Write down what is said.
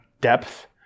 depth